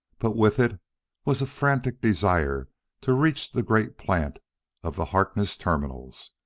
but with it was a frantic desire to reach the great plant of the harkness terminals.